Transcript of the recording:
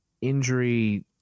injury